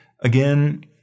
Again